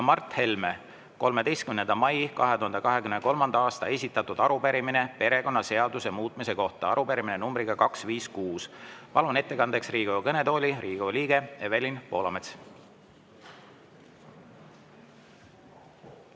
Mart Helme 13. mail 2023. aastal esitatud arupärimine perekonnaseaduse muutmise kohta, arupärimine nr 256. Palun ettekandeks Riigikogu kõnetooli Riigikogu liikme Evelin Poolametsa.